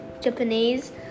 japanese